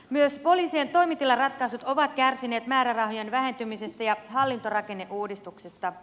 myös poliisien toimitilaratkaisut ovat kärsineet määrärahojen vähentymisestä ja hallintorakenneuudistuksesta